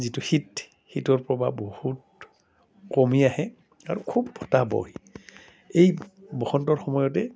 যিটো শীত শীতৰ প্ৰবাহ বহুত কমি আহে আৰু খুব বতাহ বয় এই বসন্তৰ সময়তে